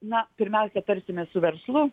na pirmiausia tarsimės su verslu